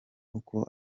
uko